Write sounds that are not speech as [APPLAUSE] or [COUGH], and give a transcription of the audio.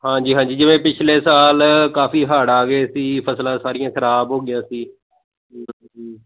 ਹਾਂਜੀ ਹਾਂਜੀ ਜਿਵੇਂ ਪਿਛਲੇ ਸਾਲ ਕਾਫ਼ੀ ਹੜ੍ਹ ਆ ਗਏ ਸੀ ਫ਼ਸਲਾਂ ਸਾਰੀਆਂ ਖ਼ਰਾਬ ਹੋ ਗਈਆਂ ਸੀ [UNINTELLIGIBLE]